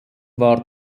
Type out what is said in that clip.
war